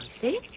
see